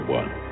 one